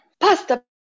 Pasta